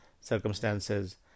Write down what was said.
circumstances